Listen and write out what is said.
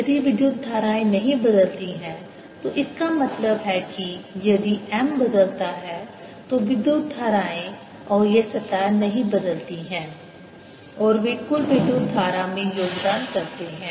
यदि विद्युत धाराएं नहीं बदलती हैं तो इसका मतलब है कि यदि M बदलता है तो विद्युत धाराएं और ये सतह नहीं बदलती हैं और वे कुल विद्युत धारा में योगदान करते हैं